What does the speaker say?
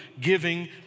giving